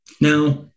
Now